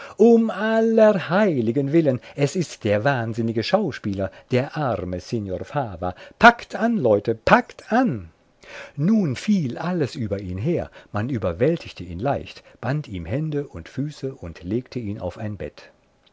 um aller heiligen willen es ist der wahnsinnige schauspieler der arme signor fava packt an leute packt an nun fiel alles über ihn her man überwältigte ihn leicht band ihm hände und füße und legte ihn auf ein bett